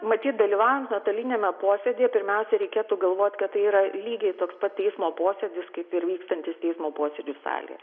matyt dalyvaujant nuotoliniame posėdyje pirmiausia reikėtų galvot kad tai yra lygiai toks pat teismo posėdis kaip ir vykstantis teismo posėdžių salė